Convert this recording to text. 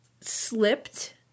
slipped